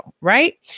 right